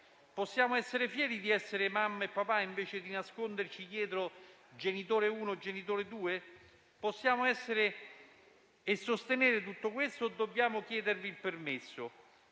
Possiamo essere fieri di essere mamma e papà, invece di nasconderci dietro «genitore 1» e «genitore 2»? Possiamo sostenere tutto questo o dobbiamo chiedervi il permesso?